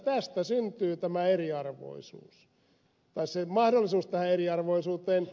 tästä syntyy se mahdollisuus tähän eriarvoisuuteen